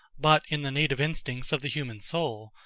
but in the native instincts of the human soul,